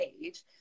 age